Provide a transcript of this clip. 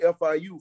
FIU